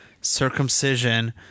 circumcision